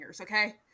okay